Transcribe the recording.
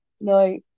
No